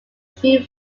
few